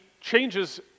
changes